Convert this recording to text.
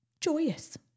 joyous